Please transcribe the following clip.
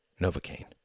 Novocaine